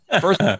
First